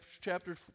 chapter